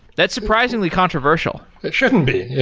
that's surprisingly controversial. it shouldn't be.